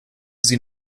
sie